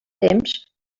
temps